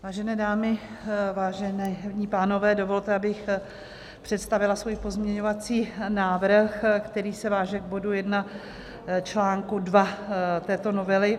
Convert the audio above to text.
Vážené dámy, vážení pánové, dovolte, abych představila svůj pozměňovací návrh, který se váže k bodu 1 článku 2 této novely.